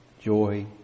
joy